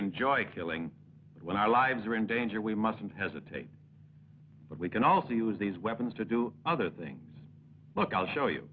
enjoy killing when i lives are in danger we mustn't hesitate but we can also use these weapons to do other things look i'll show you